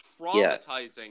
traumatizing